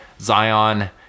Zion